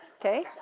okay